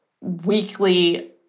weekly